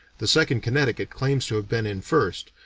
the second connecticut claims to have been in first,